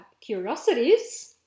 curiosities